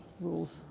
rules